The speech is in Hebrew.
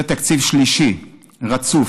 זה תקציב שלישי רצוף